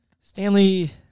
Stanley